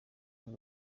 buri